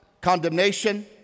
condemnation